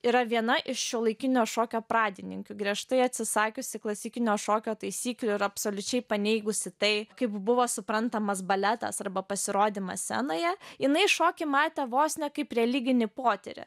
yra viena iš šiuolaikinio šokio pradininkių griežtai atsisakiusi klasikinio šokio taisyklių ir absoliučiai paneigusi tai kaip buvo suprantamas baletas arba pasirodymas scenoje jinai šokį matė vos ne kaip religinį potyrį